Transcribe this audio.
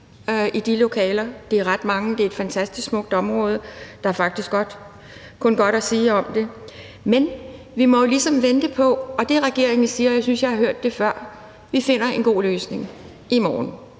i de lokaler, og det er ret mange; det er et fantastisk smukt område. Der er faktisk kun godt at sige om det. Men vi må jo ligesom vente. Og det, regeringen siger, synes jeg jeg har hørt før: Vi finder en god løsning – i morgen.